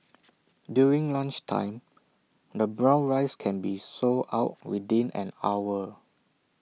during lunchtime the brown rice can be sold out within an hour